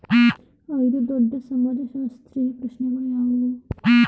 ಐದು ದೊಡ್ಡ ಸಮಾಜಶಾಸ್ತ್ರೀಯ ಪ್ರಶ್ನೆಗಳು ಯಾವುವು?